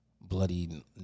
bloody